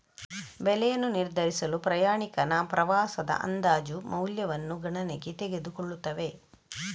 ಬೆಲೆಯನ್ನು ನಿರ್ಧರಿಸಲು ಪ್ರಯಾಣಿಕನ ಪ್ರವಾಸದ ಅಂದಾಜು ಮೌಲ್ಯವನ್ನು ಗಣನೆಗೆ ತೆಗೆದುಕೊಳ್ಳುತ್ತವೆ